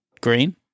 green